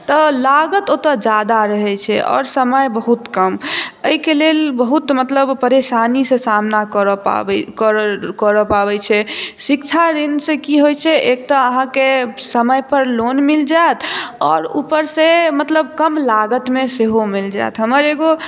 तऽ लागत ओतय जादा रहैत छै आओर समय बहुत कम एहिके लेल बहुत मतलब परेशानीसँ सामना करय पाबै छै शिक्षा ऋणसँ की होइ छै एक तऽ आहाँके समय पर लोन मिल जायत आओर ऊपर सॅं मतलब कम लागतमे सेहो मिल जायत हमर एगो